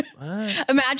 Imagine